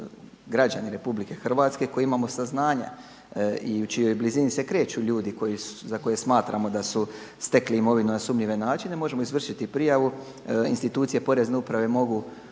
građani RH koji imamo saznanja i u čijoj blizini se kreću ljudi za koje smatramo da su stekli imovinu na sumnjive načine možemo izvršiti prijavu institucije porezne uprave mogu